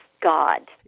God